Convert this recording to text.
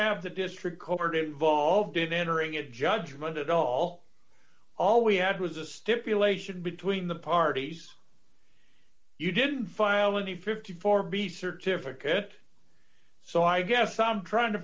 have the district covered involved in entering a judgment at all all we had was a stipulation between the parties you didn't file in the fifty four b certificate so i guess i'm trying to